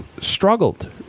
struggled